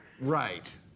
Right